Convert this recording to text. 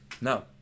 no